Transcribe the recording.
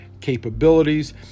capabilities